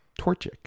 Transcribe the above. Torchic